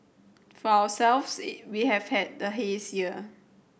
for ourselves we have had the haze year